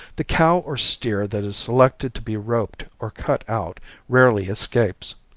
the cow or steer that is selected to be roped or cut out rarely escapes.